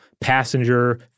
passenger